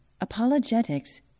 Apologetics